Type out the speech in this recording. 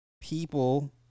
people